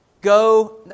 go